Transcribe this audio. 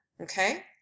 okay